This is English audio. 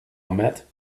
ahmed